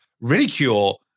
ridicule